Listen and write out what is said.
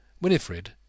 Winifred